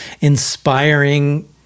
inspiring